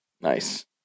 Nice